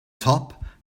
top